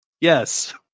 Yes